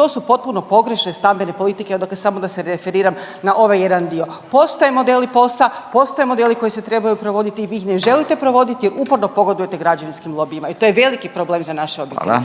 to su potpuno pogrešne stambene politike jel dakle samo da se referiram na ovaj jedan dio. Postoje modeli POS-a postoje modeli koji se trebaju provoditi i vi ih ne želite provoditi jer uporno pogodujete građevinskim lobijima i to je veliki problem za naše obitelji. …/Upadica